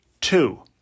Two